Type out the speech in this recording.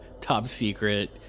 top-secret